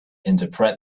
interpret